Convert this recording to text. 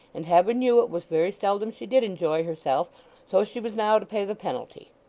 and heaven knew it was very seldom she did enjoy herself so she was now to pay the penalty.